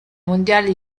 mondiale